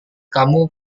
kamu